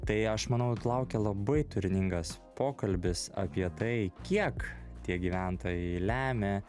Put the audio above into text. tai aš manau laukia labai turiningas pokalbis apie tai kiek tie gyventojai lemia